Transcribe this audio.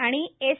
आणि एस